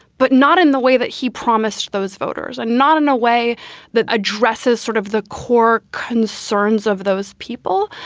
but not in the way that he promised those voters and not in a way that addresses sort of the core concerns of those people.